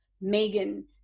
megan